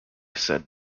said